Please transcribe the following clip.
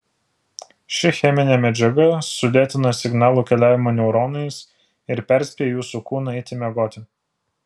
ši cheminė medžiaga sulėtina signalų keliavimą neuronais ir perspėja jūsų kūną eiti miegoti